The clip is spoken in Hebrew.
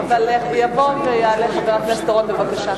יבוא ויעלה חבר הכנסת אורון, בבקשה.